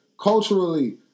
culturally